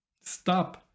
Stop